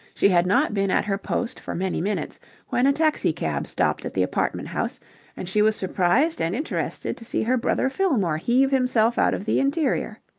she had not been at her post for many minutes when a taxi-cab stopped at the apartment-house, and she was surprised and interested to see her brother fillmore heave himself out of the interior.